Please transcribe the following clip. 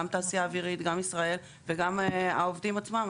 גם תעשיה אווירית, גם ישראל, וגם העובדים עצמם.